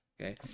Okay